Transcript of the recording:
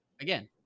again